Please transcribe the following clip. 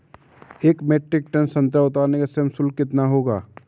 एक metric tonne संतरा उतारने का श्रम शुल्क कितना होगा?